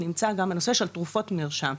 נמצא גם הנושא של תרופות מרשם.